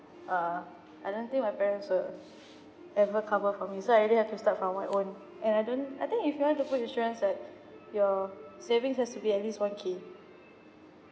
uh I don't think my parents will ever cover for me so I really have to start from my own and I don't I think if you want to put insurance right your savings has to be at least one K